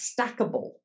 stackable